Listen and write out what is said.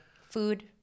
Food